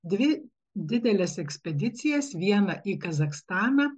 dvi dideles ekspedicijas vieną į kazachstaną